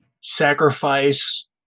sacrifice